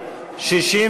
נתקבלה.